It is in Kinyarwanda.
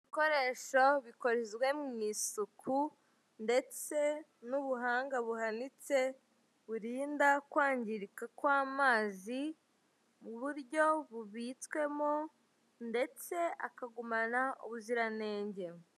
Ibikoresho bikozwe mu isuku ndetse n'ubuhanga buhanitse burinda kwangirika kw'amazi mu buryo bubitswemo ndetse akagumana ubuziranenge.